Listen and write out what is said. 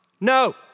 No